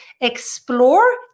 explore